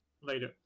later